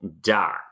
Dot